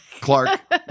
Clark